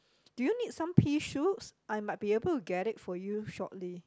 do you need some pea shoots I might be able to get it for you shortly